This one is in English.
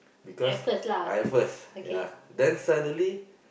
because I at first ya then suddenly